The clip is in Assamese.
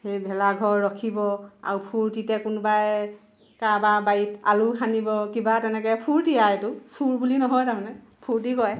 সেই ভেলা ঘৰ ৰখিব আৰু ফূৰ্তিতে কোনোবাই কাৰোবাৰ বাৰীত আলু খানিব কিবা তেনেকে ফূৰ্তি আৰু সেইটো চোৰ বুলি নহয় তাৰমানে ফূৰ্তি কৰে